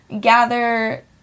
gather